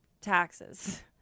taxes